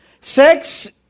Sex